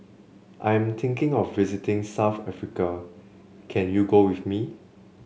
I'm thinking of visiting South Africa can you go with me